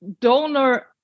donor